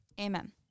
amen